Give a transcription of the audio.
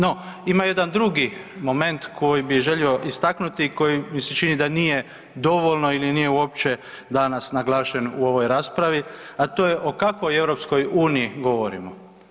No ima jedan drugi moment koji bi želio istaknuti, koji mi se čini da nije dovoljno ili nije uopće danas naglašen u ovoj raspravi, a to je o kakvoj EU govorimo.